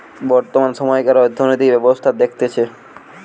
বর্তমান সময়কার অর্থনৈতিক ব্যবস্থা দেখতেছে